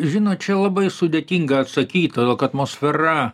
žinot čia labai sudėtinga atsakyt todėl kad mosfera